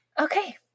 Okay